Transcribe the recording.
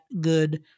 good